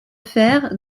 fer